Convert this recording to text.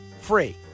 free